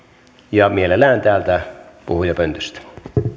ja mielellään täältä puhujapöntöstä